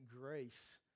grace